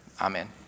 amen